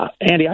Andy